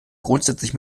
grundsätzlich